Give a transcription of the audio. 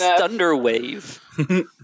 Thunderwave